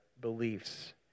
beliefs